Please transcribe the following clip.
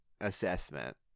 assessment